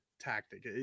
tactic